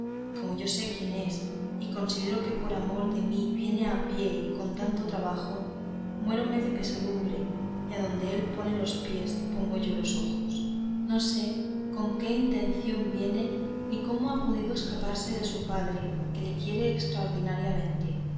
como yo sé quién es y considero que por amor de mí viene a pie y con tanto trabajo muérome de pesadumbre y adonde él pone los pies pongo yo los ojos no sé con qué intención viene ni cómo ha podido escaparse de su padre que le quiere estraordinariamente